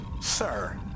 Sir